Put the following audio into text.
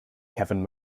kevin